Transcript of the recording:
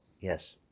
yes